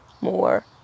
more